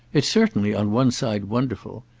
it's certainly, on one side, wonderful.